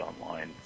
online